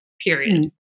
period